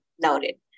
noted